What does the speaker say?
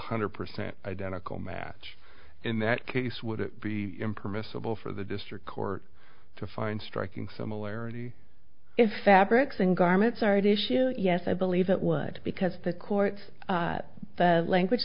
hundred percent identical match in that case would it be impermissible for the district court to find striking similarity if fabrics and garments are at issue yes i believe it would because the courts the language